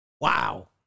Wow